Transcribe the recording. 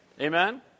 Amen